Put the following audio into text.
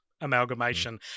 Amalgamation